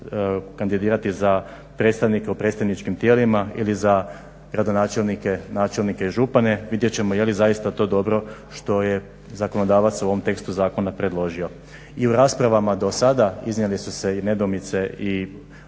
kandidirati za predstavnika u predstavničkim tijelima ili za gradonačelnike, načelnike ili župane, vidjet ćemo je li zaista to dobro što je zakonodavac u ovom tekstu zakona predložio. I u raspravama do sada iznijeli su se nedoumice i